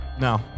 No